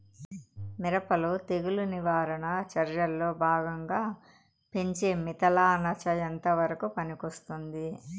మిరప లో తెగులు నివారణ చర్యల్లో భాగంగా పెంచే మిథలానచ ఎంతవరకు పనికొస్తుంది?